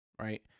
Right